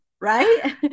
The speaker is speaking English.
right